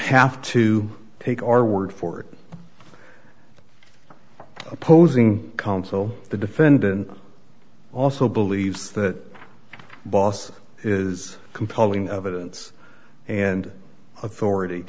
have to take our word for it opposing counsel the defendant also believes that boss is compelling evidence and